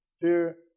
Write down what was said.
Fear